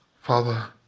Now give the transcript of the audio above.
Father